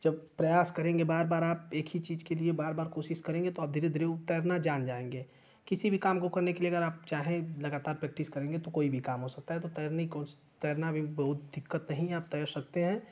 जब प्रयास करेंगे बार बार आप एक ही चीज़ के लिए बार बार कोशिश करेंगे तो आप धीरे धीरे तैरना जान जाएँगे किसी भी काम को करने के लिए आप चाहें लगातार प्रैक्टिस करेंगे तो कोई भी काम हो सकता है तो तैरने की कोश तैरने में भी बहुत दिक्कत नहीं है आप तैर सकते हैं